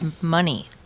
money